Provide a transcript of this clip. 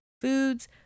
foods